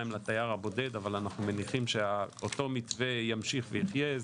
לתייר הבודד אבל אנחנו מניחים שאותו מתווה ימשיך ויחיה,